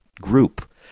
group